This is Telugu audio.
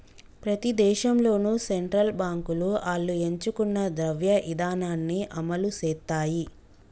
ప్రతి దేశంలోనూ సెంట్రల్ బాంకులు ఆళ్లు ఎంచుకున్న ద్రవ్య ఇదానాన్ని అమలుసేత్తాయి